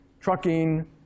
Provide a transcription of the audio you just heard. trucking